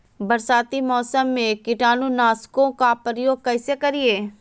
बरसाती मौसम में कीटाणु नाशक ओं का प्रयोग कैसे करिये?